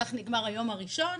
כך נגמר היום הראשון.